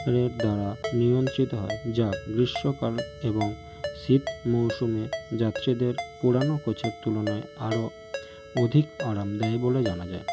এর দ্বারা নিয়ন্ত্রিত হয় যা গ্রীষ্মকাল এবং শীত মরশুমে যাত্রীদের পুরানো কোচের তুলনায় আরো অধিক আরাম দেয় বলে জানা যায়